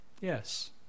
Yes